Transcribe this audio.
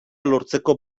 lortzeko